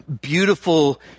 beautiful